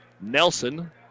Nelson